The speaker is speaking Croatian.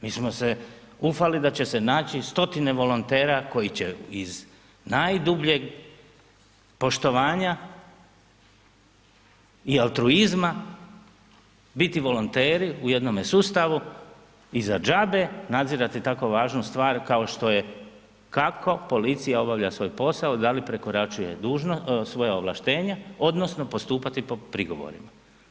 Mi smo se ufali da će se naći 100-tine volontera koji će iz najdubljeg poštovanja i altruizma biti volonteri u jednome sustavu i za džabe nadzirati tako važnu stvar kao što je kako policija obavlja svoj posao, da li prekoračuje dužnosti, svoja ovlaštenja odnosno postupati po prigovorima.